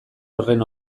horren